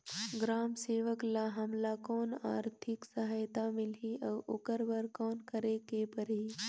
ग्राम सेवक ल हमला कौन आरथिक सहायता मिलही अउ ओकर बर कौन करे के परही?